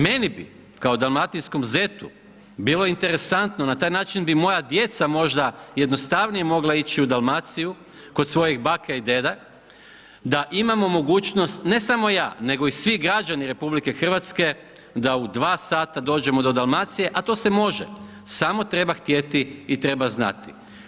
Mene bi kao dalmatinskom zetu, bilo interesantno, na taj način bi moja djeca, možda, jednostavnije mogla ići u Dalmaciju kod svojih bake i djeda, da imamo mogućnost, ne samo ja, nego i svi građani RH, da u 2 sata dođemo do Dalmacije, a to se može, samo treba htjeti i treba znati.